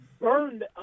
burned